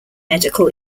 medical